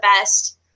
best